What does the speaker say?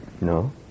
No